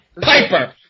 Piper